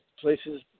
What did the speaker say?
places